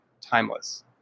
timeless